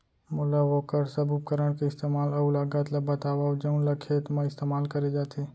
मोला वोकर सब उपकरण के इस्तेमाल अऊ लागत ल बतावव जउन ल खेत म इस्तेमाल करे जाथे?